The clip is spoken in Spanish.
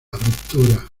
ruptura